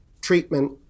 treatment